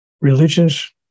religions